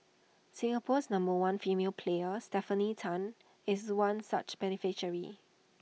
Singapore's number one female player Stefanie Tan is one such beneficiary